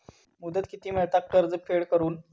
मुदत किती मेळता कर्ज फेड करून?